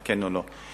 כן או לא.